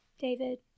David